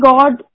God